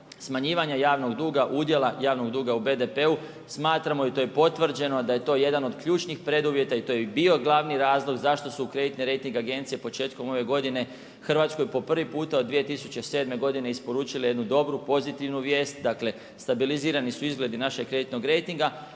smanjivanje javnog duga, udjela javnog duga u BDP, smatramo i to je potvrđeno da je to jedan od ključnih preduvjeta i to je bio glavni razlog zašto su kreditne rejting agencije početkom ove godine Hrvatskoj po prvi puta od 2007. godine isporučili jednu dobru, pozitivnu vijest. Dakle, stabilizirani su izgledi našeg kreditnog rejtinga,